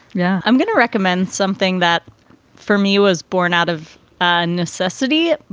yeah, i'm going to recommend something that for me was born out of ah necessity.